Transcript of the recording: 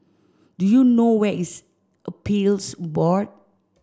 do you know where is Appeals Board